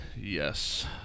yes